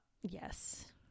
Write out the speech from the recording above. Yes